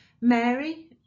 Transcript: Mary